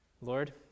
Lord